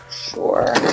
Sure